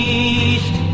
east